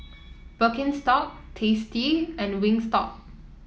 Birkenstock Tasty and Wingstop